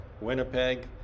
Winnipeg